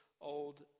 old